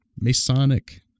Masonic